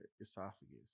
esophagus